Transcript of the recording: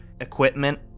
equipment